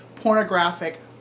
pornographic